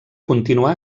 continuar